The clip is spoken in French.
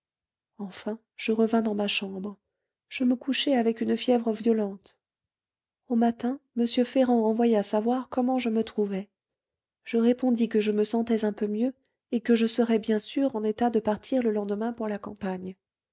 enfin je revins dans ma chambre je me couchai avec une fièvre violente au matin m ferrand envoya savoir comment je me trouvais je répondis que je me sentais un peu mieux et que je serais bien sûr en état de partir le lendemain pour la campagne